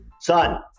son